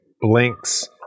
blinks